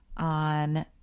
On